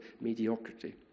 mediocrity